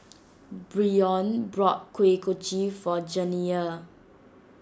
Bryon bought Kuih Kochi for Janiya